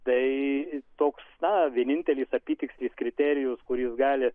tai toks na vienintelį apytikslis kriterijus kuris gali